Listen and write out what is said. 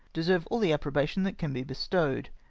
deserve all the approbation that can be bestowed.